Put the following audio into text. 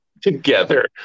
together